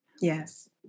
Yes